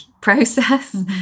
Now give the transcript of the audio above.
process